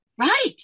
Right